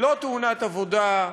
לא תאונת עבודה,